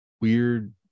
weird